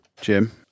Jim